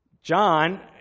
John